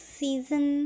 season